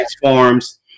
forms